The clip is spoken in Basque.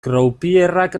croupierrak